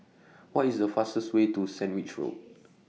What IS The fastest Way to Sandwich Road